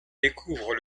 découvrent